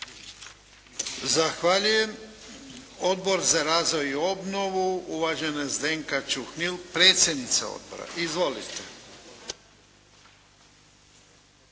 Zahvaljujem. Odbor za razvoj i obnovu uvažena Zdenka Čuhnil predsjednica odbora. Izvolite.